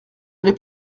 n’est